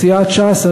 סיעת ש"ס,